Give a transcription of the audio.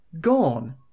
Gone